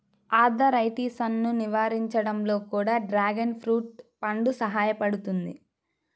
ఆర్థరైటిసన్ను నివారించడంలో కూడా డ్రాగన్ ఫ్రూట్ పండు సహాయపడుతుంది